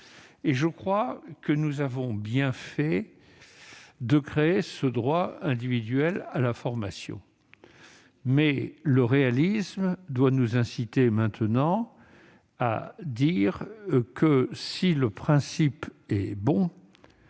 Je crois que nous avons bien fait de créer ce droit individuel à la formation. Néanmoins, le réalisme doit nous inciter maintenant à reconnaître que, si le principe est bon,